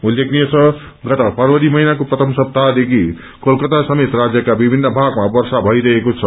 उल्लेखनीय छ गत फरवरी महिनाको प्रथम सप्ताहदेखि कोलकता समेत राज्यका विभिन्न भागमा वर्षा भइरहेको छ